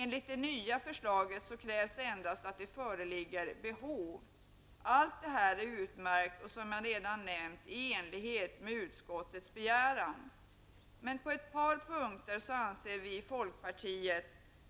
Enligt det nya förslaget krävs det endast att det föreligger behov. Allt det här är utmärkt och som jag redan nämnt i enlighet med utskottets begäran. Men på ett par punkter anser vi i folkpartiet